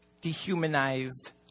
dehumanized